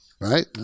right